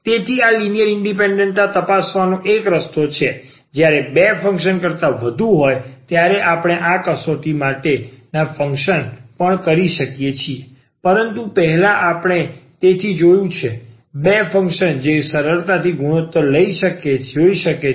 તેથી આ linear independent તા તપાસવાનો 1 રસ્તો છે જ્યારે તે બે ફંક્શન કરતા વધુ હોય ત્યારે આપણે આ કસોટી માટેના બે ફંક્શન ો પણ કરી શકીએ છીએ પરંતુ પહેલા આપણે તેથી જોયું છે બે ફંક્શન ો જે સરળતાથી ગુણોત્તર લઈને જોઈ શકે છે